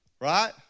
Right